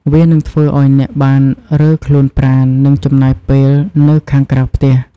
វានឹងធ្វើឱ្យអ្នកបានរើខ្លួនប្រាណនិងចំណាយពេលនៅខាងក្រៅផ្ទះ។